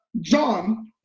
John